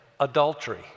adultery